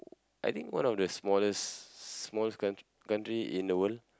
I think one of the smallest smallest country country in the world